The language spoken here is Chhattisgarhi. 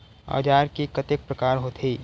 औजार के कतेक प्रकार होथे?